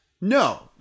No